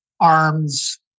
arms